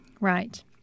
Right